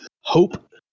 hope